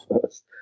first